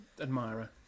admirer